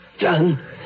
done